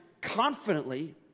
confidently